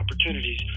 opportunities